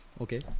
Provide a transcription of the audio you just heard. Okay